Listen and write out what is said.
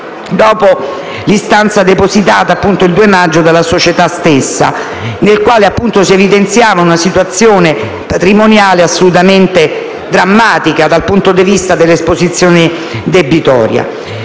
dopo l'istanza depositata il 2 maggio dalla società stessa, nella quale si evidenziava una situazione patrimoniale assolutamente drammatica dal punto di vista dell'esposizione debitoria.